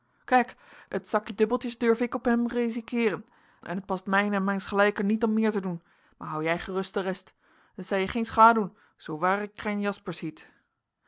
kijk het zakkie dubbeltjes durf ik op hem resikeeren en het past mijn en mijns gelijken niet om meer te doen maar hou jij gerust de rest t zei je geen schaê doen zoowaar ik krijn jaspersz